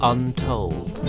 Untold